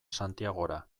santiagora